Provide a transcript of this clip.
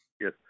Yes